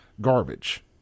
garbage